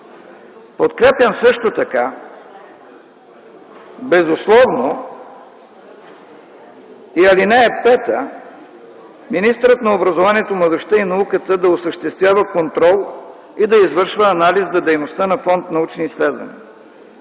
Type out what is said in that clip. Подкрепям също така безусловно и ал. 5: „Министърът на образованието, младежта и науката да осъществява контрол и да извършва анализ за дейността на Фонд „Научни изследвания”.